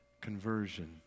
conversion